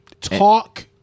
Talk